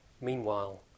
Meanwhile